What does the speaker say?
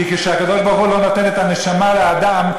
כי כשהקדוש-ברוך-הוא לא נותן את הנשמה לאדם,